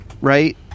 right